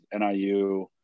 NIU